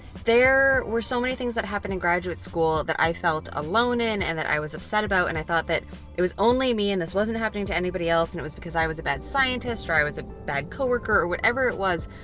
there were so many things that happened in graduate school that i felt alone in and that i was upset about. and i thought that it was only me, and this wasn't happening to anybody else. it was because i was a bad scientist, or i was a bad co-worker or whatever it was.